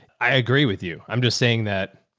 i agree with you. i'm just saying that.